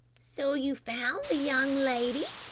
so you found the young lady,